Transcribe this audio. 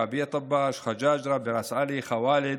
כעביה טבאש חג'אג'רה, ראס עלי, חוואלד,